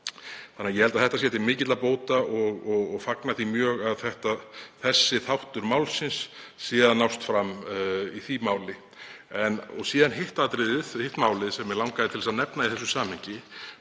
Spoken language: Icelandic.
varðar. Ég held því að þetta sé til mikilla bóta og fagna því mjög að þessi þáttur málsins sé að nást fram í því máli. Síðan er það hitt málið sem mig langaði til að nefna í þessu samhengi,